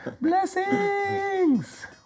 Blessings